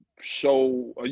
show –